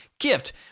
gift